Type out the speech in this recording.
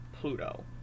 Pluto